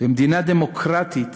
במדינה דמוקרטית